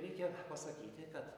reikia pasakyti kad